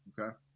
okay